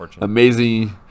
amazing